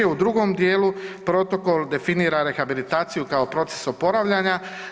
U drugom dijelu protokol definira rehabilitaciju kao proces oporavljanja.